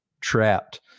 trapped